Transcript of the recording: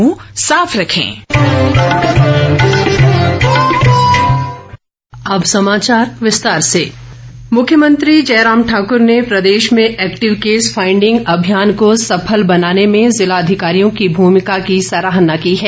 मुख्यमंत्री मुख्यमंत्री जयराम ठाकुर ने प्रदेश में एक्टिव केस फांईडिंग अभियान को सफल बनाने में जिला अधिकारियों की भूमिका की सराहना की है